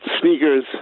sneakers